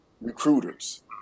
recruiters